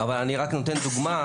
אבל אני רק נותן דוגמא,